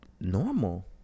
normal